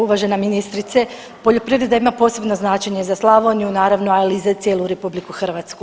Uvažena ministrice poljoprivreda ima posebno značenje za Slavoniju naravno ali i za cijelu RH.